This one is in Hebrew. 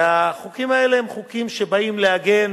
החוקים האלה הם חוקים שבאים להגן